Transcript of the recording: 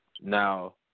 Now